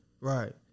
right